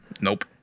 Nope